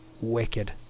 wicked